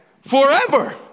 forever